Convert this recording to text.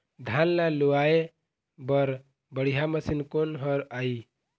धान ला लुआय बर बढ़िया मशीन कोन हर आइ?